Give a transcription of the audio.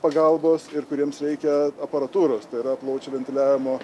pagalbos ir kuriems reikia aparatūros tai yra plaučių ventiliavimo